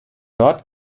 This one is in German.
dort